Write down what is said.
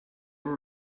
were